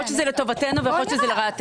יכול להיות שזה לטובתנו ויכול להיות שזה לרעתנו.